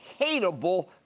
hateable